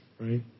right